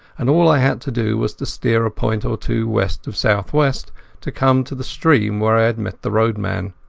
and all i had to do was to steer a point or two west of south-west to come to the stream where i had met the roadman.